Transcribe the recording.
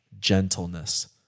gentleness